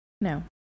No